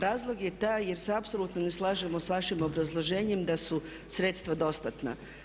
Razlog je taj jer se apsolutno ne slažemo sa vašim obrazloženjem da su sredstva dostatna.